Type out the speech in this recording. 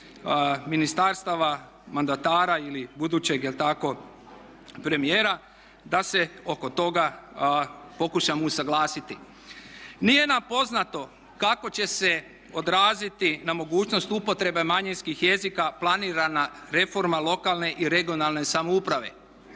ministarstava, mandatara ili budućeg jel' tako premijera da se oko toga pokušamo usuglasiti. Nije nam poznato kako će se odraziti na mogućnost upotrebe manjinskih jezika planirana reforma lokalne i regionalne samouprave.